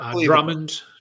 Drummond